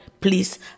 please